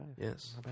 Yes